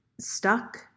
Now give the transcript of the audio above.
stuck